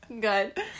good